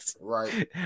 Right